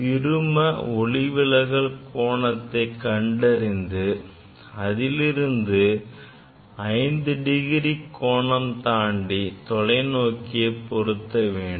சிறும ஒளிவிலகல் கோணத்தை கண்டறிந்து அதிலிருந்து 5 டிகிரி கோணம் தாண்டி தொலைநோக்கியை பொருத்த வேண்டும்